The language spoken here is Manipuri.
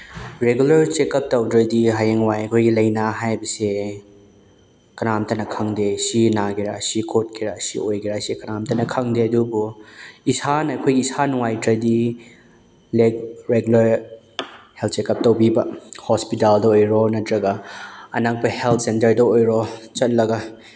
ꯔꯦꯒꯨꯂꯔ ꯆꯦꯀꯞ ꯇꯧꯗ꯭ꯔꯗꯤ ꯍꯌꯦꯡꯋꯥꯏ ꯑꯩꯈꯣꯏꯒꯤ ꯂꯩꯅꯥ ꯍꯥꯏꯕꯁꯦ ꯀꯅꯥꯝꯇꯅ ꯈꯪꯗꯦ ꯁꯤ ꯅꯥꯒꯦꯔ ꯑꯁꯤ ꯀꯣꯠꯀꯦꯔ ꯑꯁꯤ ꯑꯣꯏꯒꯦꯔ ꯑꯁꯦ ꯀꯅꯥꯝꯇꯅ ꯈꯪꯗꯦ ꯑꯗꯨꯕꯨ ꯏꯁꯥꯅ ꯑꯩꯈꯣꯏꯒꯤ ꯏꯁꯥ ꯅꯨꯡꯉꯥꯏꯇ꯭ꯔꯗꯤ ꯔꯦꯒꯨꯂꯔ ꯍꯦꯜꯠ ꯆꯦꯀꯞ ꯇꯧꯕꯤꯕ ꯍꯣꯁꯄꯤꯇꯥꯜꯗ ꯑꯣꯏꯔꯣ ꯅꯠꯇ꯭ꯔꯒ ꯑꯅꯛꯄ ꯍꯦꯜꯠ ꯁꯦꯟꯇꯔꯗ ꯑꯣꯏꯔꯣ ꯆꯠꯂꯒ